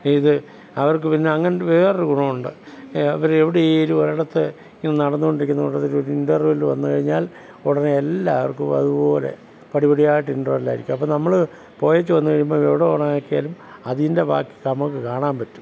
ഇത് അവർക്ക് പിന്നെ അങ്ങനെ വേറൊരു ഗുണമുണ്ട് ഇവർ എവിടെയെങ്കിലും ഒരിടത്ത് നടന്നുകൊണ്ടിരിക്കുന്ന കൂട്ടത്തിൽ ഒരു ഇൻറർവെൽ വന്നുകഴിഞ്ഞാൽ ഉടനെ എല്ലാവർക്കും അതുപോലെ പടിപടിയായിട്ട് ഇൻറർവെൽ ആയിരിക്കും അപ്പം നമ്മൾ പോയേച്ചു വന്നുകഴിയുമ്പോൾ എവിടെ ഓൺ ആക്കിയാലും അതിൻ്റെ ബാക്കി നമുക്ക് കാണാൻ പറ്റും